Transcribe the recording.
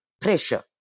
pressure